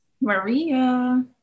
Maria